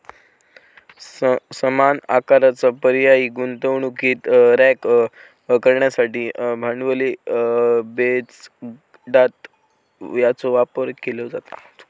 समान आकाराचा पर्यायी गुंतवणुकीक रँक करण्यासाठी भांडवली बजेटात याचो वापर केलो जाता